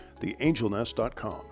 theangelnest.com